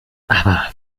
aber